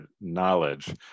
knowledge